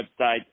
website